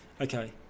Okay